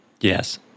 Yes